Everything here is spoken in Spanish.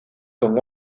con